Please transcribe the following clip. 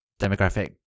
demographic